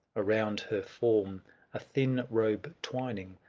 around her form a thin robe twining,